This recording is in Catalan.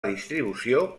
distribució